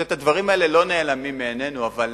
זאת אומרת, הדברים לא נעלמים מעינינו, אבל